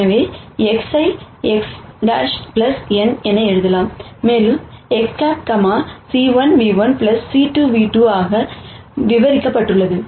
எனவே X ஐ X̂ n என எழுதலாம் மேலும் X̂ c1 ν₁ c2 v2 ஆக விரிவாக்கப்பட்டுள்ளது